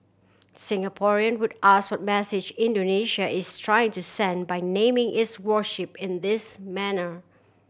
Singaporean would ask what message Indonesia is trying to send by naming its warship in this manner